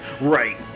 right